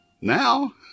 Now